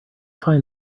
find